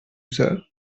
sir